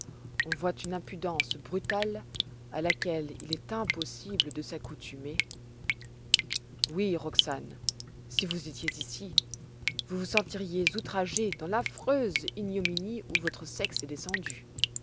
on voit une impudence brutale à laquelle il est impossible de s'accoutumer oui roxane si vous étiez ici vous vous sentiriez outragée dans l'affreuse ignominie où votre sexe est descendu